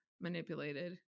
manipulated